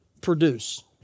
produce